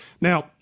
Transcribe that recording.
Now